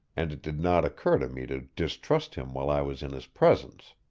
and it did not occur to me to distrust him while i was in his presence.